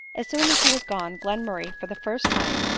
as soon as he was gone, glenmurray, for the first time,